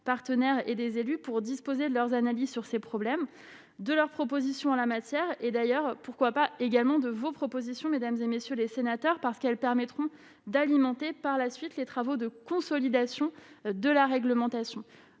partenaires et des élus pour disposer de leurs analyses sur ces problèmes, de leurs propositions en la matière, et d'ailleurs pourquoi pas également de vos propositions, mesdames et messieurs les sénateurs, parce qu'elles permettront d'alimenter par la suite, les travaux de consolidation de la réglementation